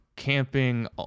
camping